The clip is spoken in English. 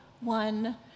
one